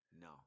No